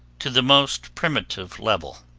to the most primitive level.